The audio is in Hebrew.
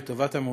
לטובת המאושפזים,